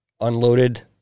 unloaded